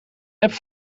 app